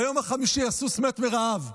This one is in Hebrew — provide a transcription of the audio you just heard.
ביום החמישי הסוס מת מרעב.